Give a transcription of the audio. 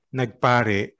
nagpare